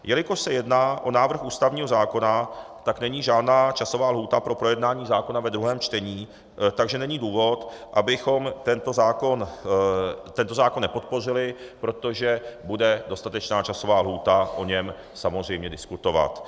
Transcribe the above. Jelikož se jedná o návrh ústavního zákona, tak není žádná časová lhůta pro projednání zákona ve druhém čtení, takže není důvod, abychom tento zákon nepodpořili, protože bude dostatečná časová lhůta o něm samozřejmě diskutovat.